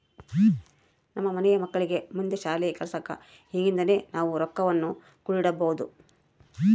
ನಮ್ಮ ಮನೆ ಮಕ್ಕಳಿಗೆ ಮುಂದೆ ಶಾಲಿ ಕಲ್ಸಕ ಈಗಿಂದನೇ ನಾವು ರೊಕ್ವನ್ನು ಕೂಡಿಡಬೋದು